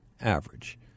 average